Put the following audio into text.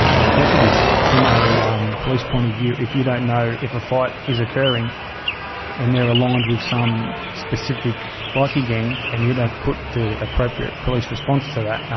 ah course it is. from a um police point of view, if you don't know if a fight is occurring and they're aligned with some specific bikie gang and you don't put the appropriate police response to that,